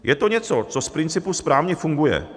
Je to něco, co z principu správně funguje.